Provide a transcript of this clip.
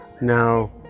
Now